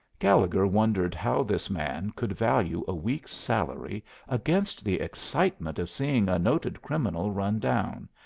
gallegher wondered how this man could value a week's salary against the excitement of seeing a noted criminal run down,